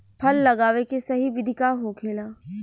फल लगावे के सही विधि का होखेला?